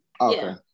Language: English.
Okay